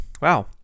Wow